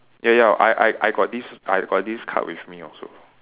ya ya I I I got this I got this card with me also